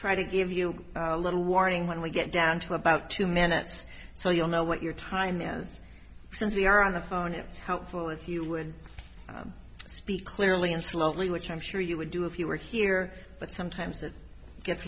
try to give you a little warning when we get down to about two minutes so you'll know what your time is since we are on the phone is helpful if you would speak clearly and slowly which i'm sure you would do if you were here but sometimes it gets